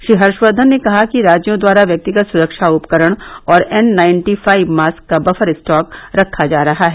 श्री हर्षवर्धन ने कहा कि राज्यों द्वारा व्यक्तिगत सुरक्षा उपकरण और एन नाइन्टी फाइव मास्क का बफर स्टॉक रखा जा रहा है